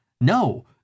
No